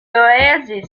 oasis